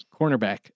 cornerback